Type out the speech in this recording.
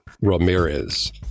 Ramirez